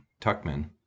Tuckman